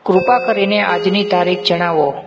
કૃપા કરીને આજની તારીખ જણાવો